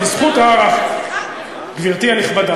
גברתי הנכבדה,